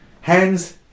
hands